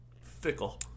Fickle